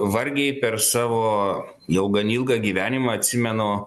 vargiai per savo jau gan ilgą gyvenimą atsimenu